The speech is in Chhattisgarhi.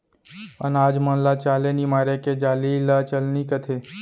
अनाज मन ल चाले निमारे के जाली ल चलनी कथें